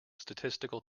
statistical